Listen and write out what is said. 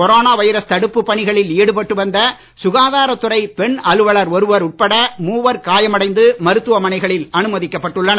corona virus தடுப்பு பணிகளில் ஈடுபட்டு வந்த சுகாதார துறை பெண் அலுவலர் ஒருவர் உட்பட மூவர் காயமடைந்து மருத்துவமனைகளில் அனுமதிக்கப்பட்டுள்ளனர்